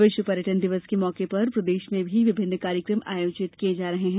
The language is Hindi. विश्व पर्यटन दिवस के मौके पर प्रदेश में भी विभिन्न कार्यक्रम आयोजित किये जा रहे हैं